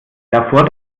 davor